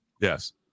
Yes